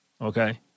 okay